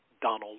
Donald